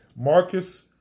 Marcus